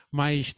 mas